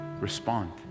Respond